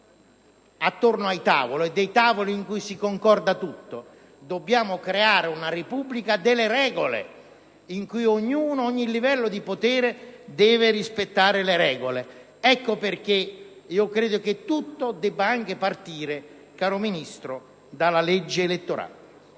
attorno ai tavoli nei quali si concorda tutto. Dobbiamo creare una Repubblica delle regole nella quale ogni livello di potere deve rispettare le regole. Ecco perché io credo che tutto debba anche partire, caro Ministro, dalla legge elettorale: